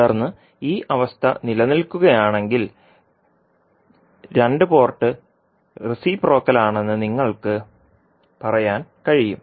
തുടർന്ന് ഈ അവസ്ഥ നിലനിൽക്കുകയാണെങ്കിൽ രണ്ട് പോർട്ട് റെസിപ്രോക്കൽ ആണെന്ന് നിങ്ങൾക്ക് പറയാൻ കഴിയും